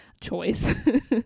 choice